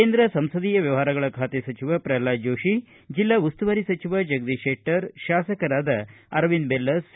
ಕೇಂದ್ರ ಸಂಸದೀಯ ವ್ಯವಹಾರಗಳ ಖಾತೆ ಸಚಿವ ಪ್ರಲ್ನಾದ ಜೋತಿ ಜಿಲ್ಲಾ ಉಸ್ತುವಾರಿ ಸಚಿವ ಜಗದೀತ್ ಶೆಟ್ಟರ್ ಶಾಸಕರಾದ ಅರವಿಂದ ಬೆಲ್ಲದ ಸಿ